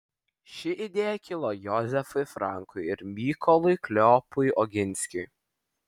ši idėja kilo jozefui frankui ir mykolui kleopui oginskiui